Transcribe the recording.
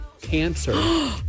cancer